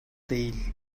değil